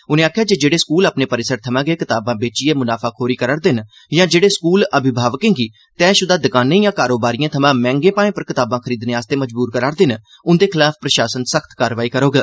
उनें आखेआ जे जेहड़े स्कूल अपने परिसर थमां गै कताबां बेचियै मुनाफाखोरी करा'रदे न यां जेह'ड़े स्कूल अभिभावकें गी तैयशुदा दकानें यां कारोबारियें थमां मैह'गे भाएं उप्पर कताबां खरीदने लेई मजबूर करा'रदे न उंदे खलाफ प्रशासन सख्त कार्रवाई करोग